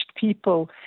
people